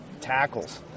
tackles